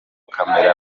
kamera